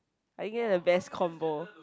I think that the best combo